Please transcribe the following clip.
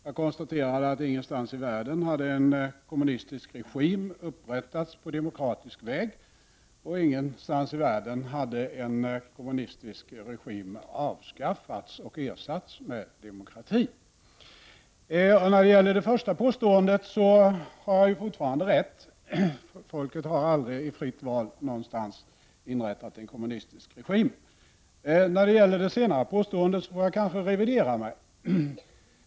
Jag konstaterade att ingenstans i världen hade en kommunistisk regim upprättats på demokratisk väg och att ingenstans i världen hade en kommunistisk regim avskaffats och ersatts med demokrati. När det gäller det första påståendet har jag fortfarande rätt. Folket har aldrig någonstans i fritt val inrättat en kommunistisk regim. När det gäller det senare påståendet får jag kanske revidera det.